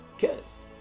Cursed